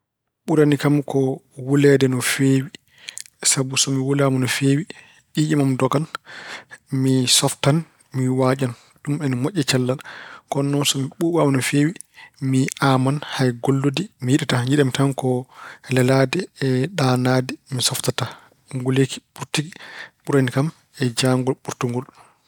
Ɓurani kam ko wuleede no feewi. Sabu so mi wulaama no feewi, ƴiiƴam am dogan. Mi softan. Mi waañan. Ɗum ina moƴƴi e cellal. Kono noon so mi ɓuuɓaama no feewi, mi aaman. Hayi gollude mi yiɗataa. Njiɗammi tan ko lelaade e ɗanaade. Mi softataa. Nguleeki ɓurtiki ɓurani kam e jaangol ɓurtungol.